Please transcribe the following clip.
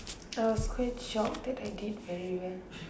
I was quite shocked that I did very well